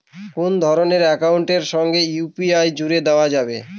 কোন ধরণের অ্যাকাউন্টের সাথে ইউ.পি.আই জুড়ে দেওয়া যাবে?